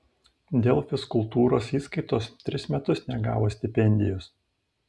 dėl fizkultūros įskaitos tris metus negavo stipendijos